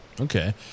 Okay